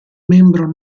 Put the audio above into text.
membro